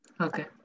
Okay